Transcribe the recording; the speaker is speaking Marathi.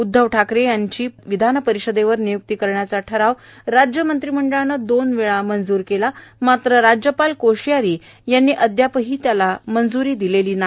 उद्धव ठाकरे यांची विधानपरिषदेवर नियुक्ती करण्याचा ठराव राज्य मंत्रिमंडळानं दोन वेळा पारित केला आहे मात्र राज्यपाल कोश्यारी यांनी अद्याप त्याला मंज्री दिलेली नाही